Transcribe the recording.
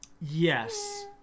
Yes